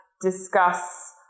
discuss